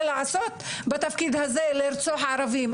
לעשות כשהם יגדלו והם אומרים לרצוח ערבים,